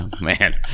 man